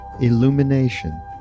illumination